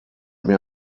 mir